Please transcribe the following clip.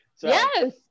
Yes